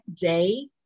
day